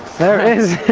there it is!